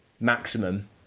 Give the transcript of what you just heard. maximum